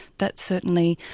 that's certainly,